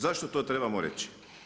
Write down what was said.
Zašto to trebamo reći?